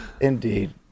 Indeed